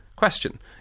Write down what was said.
question